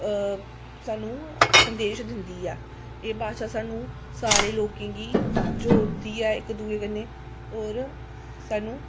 सानूं संदेश दिंदी ऐ एह् भाशा सानूं सारे लोकें गी जोड़दी ऐ इक दूए कन्नै होर सानूं